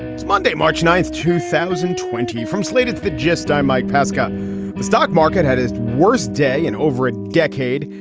it's monday, march ninth, two thousand and twenty, from slated to the gist. i'm mike pesca. the stock market had its worst day in over a decade,